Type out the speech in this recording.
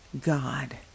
God